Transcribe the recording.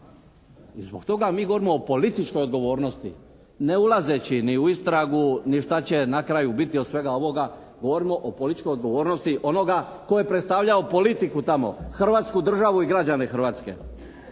i zbog toga mi govorimo o političkoj odgovornosti ne ulazeći ni u istragu, ni što će na kraju biti od svega ovoga. Govorimo o političkoj odgovornosti onoga koji je predstavljao politiku tamo – Hrvatsku državu i građane Hrvatske.